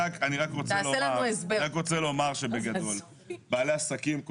אני רוצה לומר שבגדול בעלי עסקים,